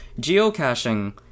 Geocaching